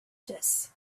this